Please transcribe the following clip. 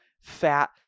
fat